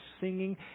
singing